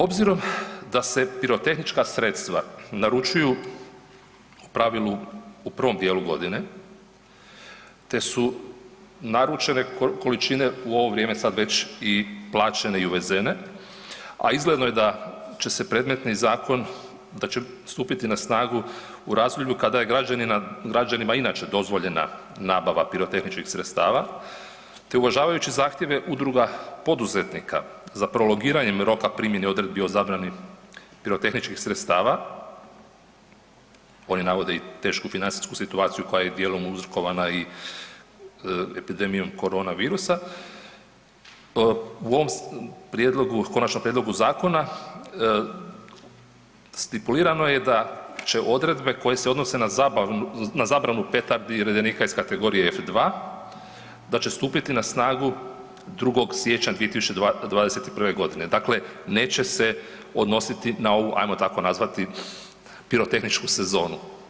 Obzirom da se pirotehnička sredstva naručuju u pravilu u prvom dijelu godine, te su naručene količine u ovo vrijeme sad već i plaćene i uvezene, a izgledno je da će se predmetni zakon, da će stupiti na snagu u razdoblju kada je građanima inače dozvoljena nabava pirotehničkih sredstava, te uvažavajući zahtjeve udruga poduzetnika za prolongiranjem roka primjene odredbi o zabrani pirotehničkih sredstava, oni navode i tešku financijsku situaciju koja je i dijelom uzrokovana i epidemijom korona virusa, u ovom prijedlogu, u konačnom prijedlogu zakona stipulirano je da će odredbe koje se odnose na zabranu petardi i redenika iz kategorije F2 da će stupiti na snagu 2. siječnja 2021.g., dakle neće se odnositi na ovu, ajmo tako nazvati, pirotehničku sezonu.